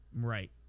Right